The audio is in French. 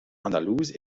andalouse